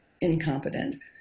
incompetent